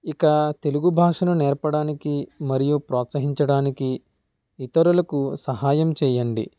ఇక తెలుగు భాషను నేర్పడానికి మరియు ప్రోత్సహించడానికి ఇతరులకు సహాయం చేయండీ